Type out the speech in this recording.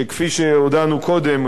שכפי שהודענו קודם,